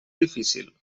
difícil